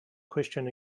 question